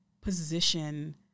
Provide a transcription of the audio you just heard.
position